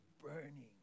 burning